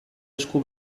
esku